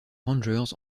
rangers